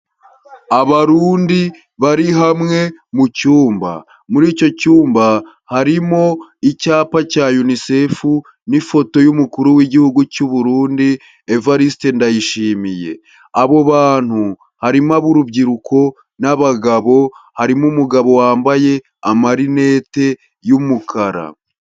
Abarundi bari hamwe mu cyumba. Muri icyo cyumba, harimo icyapa cya Unicef, n'ifoto y'umukuru w'igihugu cy'Uburundi, Evariste Ndayishimiye. Abo bantu, harimo ab'urubyiruko n'abagabo, harimo umugabo wambaye amarinete, y'umukara.